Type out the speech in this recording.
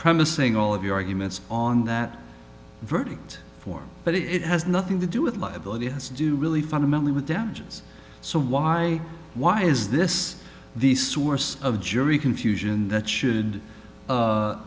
premising all of your arguments on that verdict for but it has nothing to do with liability has to do really fundamentally with damages so why why is this the source of jury confusion that should u